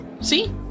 See